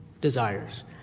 desires